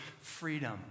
freedom